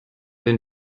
den